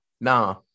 nah